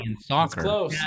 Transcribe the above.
soccer